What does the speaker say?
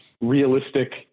realistic